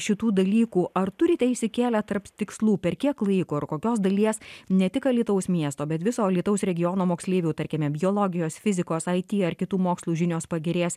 šitų dalykų ar turite išsikėlę tarp tikslų per kiek laiko ir kokios dalies ne tik alytaus miesto bet viso alytaus regiono moksleivių tarkime biologijos fizikos it ar kitų mokslų žinios pagerės